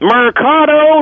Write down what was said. Mercado